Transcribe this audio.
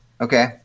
Okay